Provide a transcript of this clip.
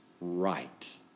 right